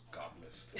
godless